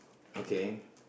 okay